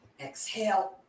Exhale